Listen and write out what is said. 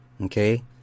Okay